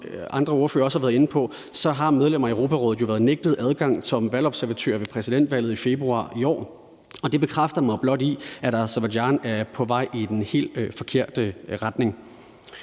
andre ordførere også har været inde på, er medlemmer af Europarådet jo blevet nægtet adgang som valgobservatører ved præsidentvalget i februar i år, og det bekræfter mig blot i, at Aserbajdsjan er på vej i den helt forkerte retning.